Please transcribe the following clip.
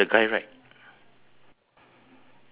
after he play the golf there is a